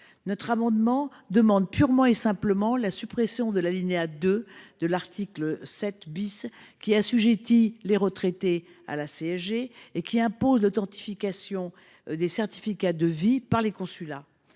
Notre amendement vise purement et simplement à supprimer l’article 7, qui assujettit les retraités à la CSG et impose l’authentification des certificats de vie par les consulats.